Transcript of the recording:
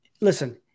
listen